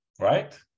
right